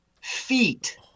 feet